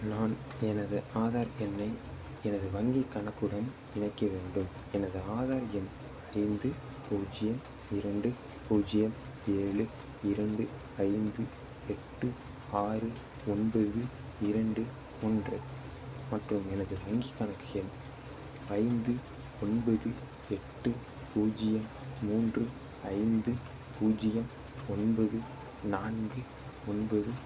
நான் எனது ஆதார் எண்ணை எனது வங்கிக் கணக்குடன் இணைக்க வேண்டும் எனது ஆதார் எண் ஐந்து பூஜ்ஜியம் இரண்டு பூஜ்ஜியம் ஏழு இரண்டு ஐந்து எட்டு ஆறு ஒன்பது இரண்டு ஒன்று மற்றும் எனது வங்கிக் கணக்கு எண் ஐந்து ஒன்பது எட்டு பூஜ்ஜியம் மூன்று ஐந்து பூஜ்ஜியம் ஒன்பது நான்கு ஒன்பது